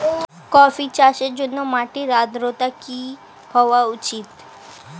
Coffee চাষের জন্য মাটির আর্দ্রতা কি হওয়া উচিৎ?